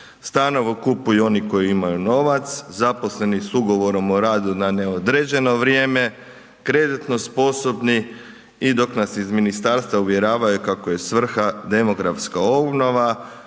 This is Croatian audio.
Stanove kupuju oni koji imaju novac, zaposleni s ugovor o radu na neodređeno vrijeme, kreditno sposobni i dok nas iz ministarstva uvjeravaju kako je svrha demografska obnova